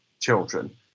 children